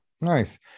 Nice